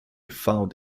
found